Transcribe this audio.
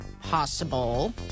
possible